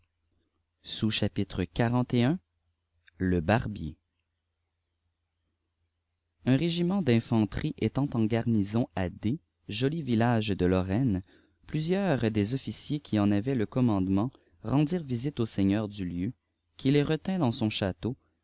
le barbier un réçiment d'infanterie étant en garnison à d joli village de lorrame plusieurs des officiers qui en avaient le commandement rendirent visite au seigneur du lieu qui les retint dans son château